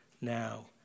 now